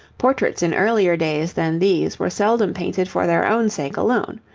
portraits in earlier days than these were seldom painted for their own sake alone.